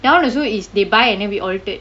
that [one] also is they buy and then we altered